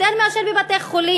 יותר מאשר בבתי-חולים,